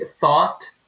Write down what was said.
thought